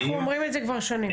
אנחנו אומרים את זה כבר שנים.